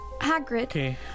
Hagrid